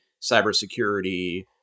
cybersecurity